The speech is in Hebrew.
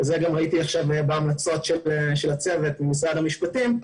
את זה גם ראיתי עכשיו בהמלצות של הצוות במשרד המשפטים,